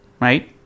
right